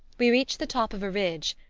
we reached the top of a ridge,